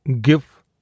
give